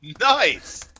nice